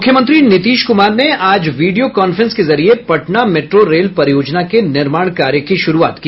मुख्यमंत्री नीतीश कुमार ने आज वीडियो कांफ्रेंस के जरिये पटना मेट्रो रेल परियोजना के निर्माण कार्य की शुरूआत की